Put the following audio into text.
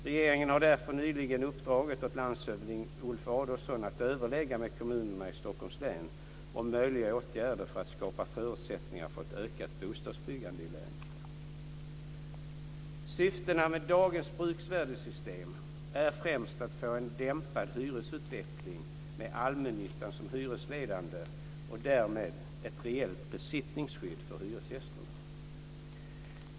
Regeringen har därför nyligen uppdragit åt landshövding Ulf Adelsohn att överlägga med kommunerna i Stockholms län om möjliga åtgärder för att skapa förutsättningar för ett ökat bostadsbyggande i länet. Syftena med dagens bruksvärdessystem är främst att få en dämpad hyresutveckling med allmännyttan som hyresledande och därmed ett reellt besittningsskydd för hyresgästerna.